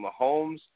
Mahomes